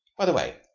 by the way,